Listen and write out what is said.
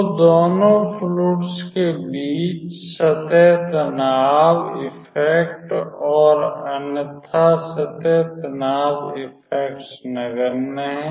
तो दोनों फ्लुइड्स के बीच सतह तनाव इफैक्ट और अन्यथा सतह तनाव इफैक्टई नगण्य है